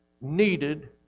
needed